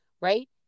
right